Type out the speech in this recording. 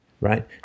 right